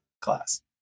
class